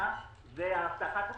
הכנסה והבטחת הכנסה.